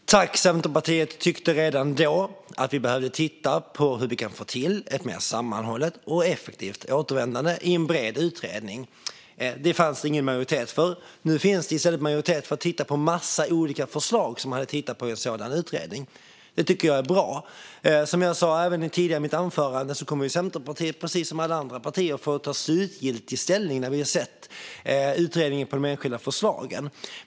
Fru talman! Centerpartiet tyckte redan då att vi behövde titta på hur vi kan få till ett mer sammanhållet och effektivt återvändande i en bred utredning. Detta fanns det ingen majoritet för. Nu finns det i stället majoritet för att titta på en massa olika förslag som man hade tittat på i en sådan utredning. Det tycker jag är bra. Som jag även sa i mitt anförande tidigare kommer Centerpartiet precis som alla andra partier att få ta slutgiltig ställning när vi har sett utredningen av de enskilda förslagen.